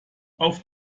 auf